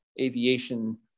aviation